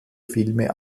filme